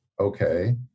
okay